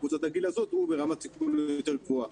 בקבוצת הגיל הזאת הוא ברמת סיכון יותר גבוהה.